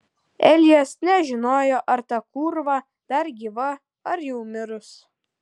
elijas nežinojo ar ta kūrva dar gyva ar jau mirus